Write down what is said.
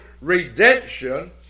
redemption